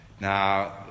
Now